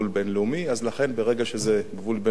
ברגע שגבול בין-לאומי מעורב בזה,